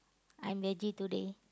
I'm veggie today